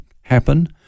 happen